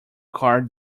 car